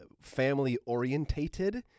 family-orientated